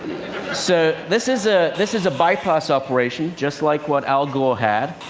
so this is ah this is a bypass operation, just like what al gore had,